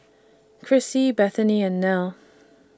Crissie Bethany and Nelle